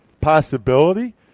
possibility